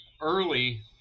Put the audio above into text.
early